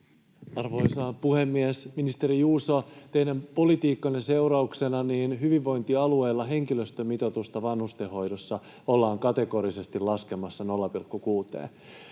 Arvoisa puhemies! Ministeri Juuso, teidän politiikkanne seurauksena hyvinvointialueilla henkilöstömitoitusta vanhustenhoidossa ollaan kategorisesti laskemassa 0,6:een.